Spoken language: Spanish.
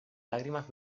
lágrimas